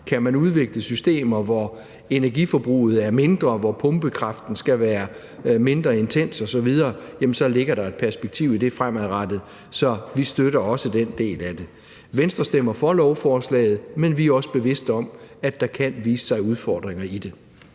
kan man udvikle systemer, hvor energiforbruget er mindre, og hvor pumpekraften skal være mindre intens osv., så ligger der et perspektiv i det fremadrettet. Så vi støtter også den del af det. Venstre stemmer for lovforslaget, men vi er også bevidste om, at der kan vise sig udfordringer i det.